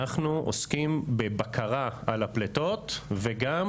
אנחנו עוסקים בבקרה על הפלטות וגם